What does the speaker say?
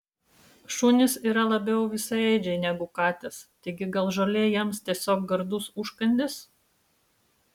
šunys yra labiau visaėdžiai negu katės taigi gal žolė jiems tiesiog gardus užkandis